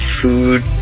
food